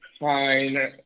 fine